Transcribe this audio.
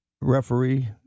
referee